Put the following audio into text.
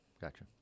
Gotcha